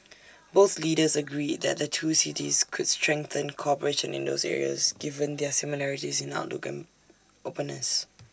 both leaders agreed that the two cities could strengthen cooperation in those areas given their similarities in outlook and openness